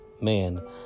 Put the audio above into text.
Man